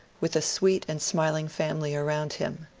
with a sweet and smiling family around him.